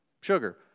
sugar